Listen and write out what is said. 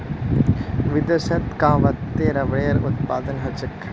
विदेशत कां वत्ते रबरेर उत्पादन ह छेक